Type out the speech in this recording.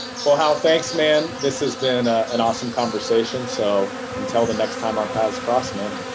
well hal, thanks man. this has been an awesome conversation so until the next time our paths cross, man.